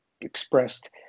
expressed